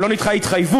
או לא ניתנה התחייבות,